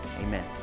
Amen